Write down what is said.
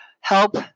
help